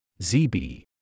ZB